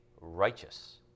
righteous